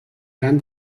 gran